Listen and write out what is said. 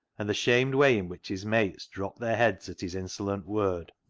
and the shamed way in which his mates dropped their heads at his insolent word,